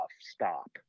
Stop